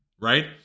right